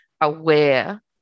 aware